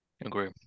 Agree